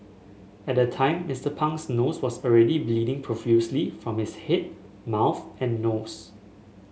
at the time Mister Pang's nose was already bleeding profusely from his head mouth and nose